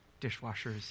dishwashers